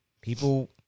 people